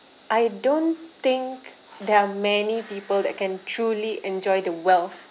I don't think there are many people that can truly enjoy the wealth